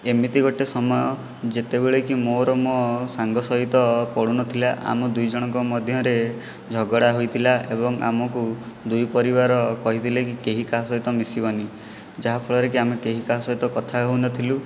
ଏମିତି ଗୋଟିଏ ସମୟ ଯେତେବେଳେକି ମୋର ମୋ ସାଙ୍ଗ ସହିତ ପଡ଼ୁନଥିଲା ଆମ ଦୁଇ ଜଣଙ୍କ ମଧ୍ୟରେ ଝଗଡ଼ା ହୋଇଥିଲା ଏବଂ ଆମକୁ ଦୁଇ ପରିବାର କହିଥିଲେକି କେହି କାହା ସହିତ ମିଶିବନି ଯାହାଫଳରେକି ଆମେ କେହି କାହା ସହିତ କଥା ହେଉନଥିଲୁ